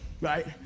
right